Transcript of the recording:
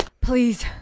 Please